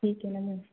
ठीक है मैम आज